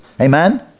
amen